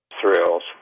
thrills